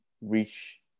reach